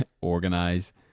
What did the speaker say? organize